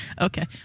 Okay